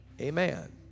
Amen